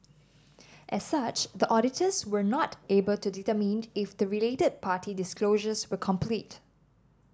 as such the auditors were not able to determined if the related party disclosures were complete